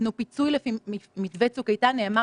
כמו שאמרת, צריך לייצר רעיון מסדר.